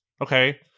Okay